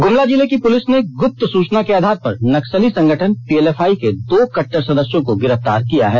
ग्मला जिले की पुलिस ने गुप्त सूचना के आधार पर नक्सली संगठन पीएलएफआई के दो कट्टर सदस्यों को गिरफ्तार किया है